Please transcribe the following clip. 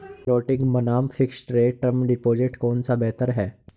Floating बनाम fixed rate term deposit कौन सा बेहतर है?